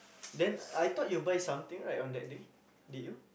then I thought you buy something right on that day did you